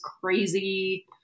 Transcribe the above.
crazy